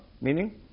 Meaning